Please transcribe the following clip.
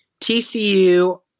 TCU